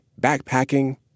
backpacking